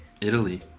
Italy